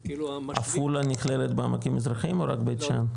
עפולה נכללת בעמקים המזרחיים, או רק בית שאן.